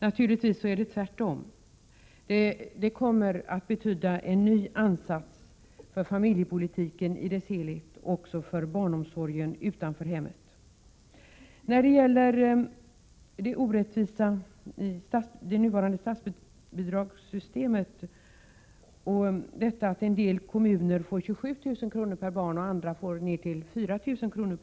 Naturligtvis är det tvärtom. Det kommer att betyda en ny ansats för familjepolitiken i dess helhet och för barnomsorgen utanför hemmet. När det gäller det orättvisa i det nuvarande statsbidragssystemet — att en del kommuner får 27 000 kr. per barn och andra får ned till 4 000 kr.